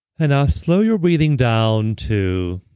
and now slow your breathing down to